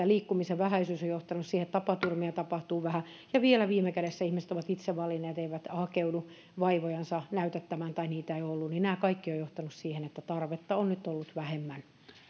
liikkumisen vähäisyys on johtanut siihen että tapaturmia tapahtuu vähän ja vielä viime kädessä ihmiset ovat itse valinneet että eivät hakeudu vaivojansa näyttämään tai niitä ei ole ollut tämä kaikki on johtanut siihen että tarvetta on nyt ollut vähemmän